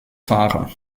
fahrer